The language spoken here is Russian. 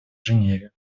женеве